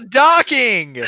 docking